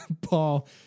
Paul